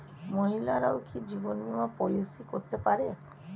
মহিলারাও কি জীবন বীমা পলিসি করতে পারে?